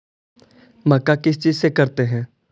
मक्का किस चीज से करते हैं?